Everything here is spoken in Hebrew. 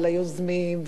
וליוזמים,